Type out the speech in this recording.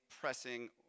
pressing